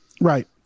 right